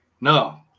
No